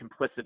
complicit